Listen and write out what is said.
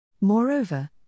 Moreover